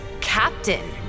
Captain